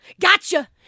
Gotcha